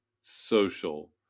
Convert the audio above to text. social